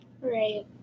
Right